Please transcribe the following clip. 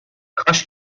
کاش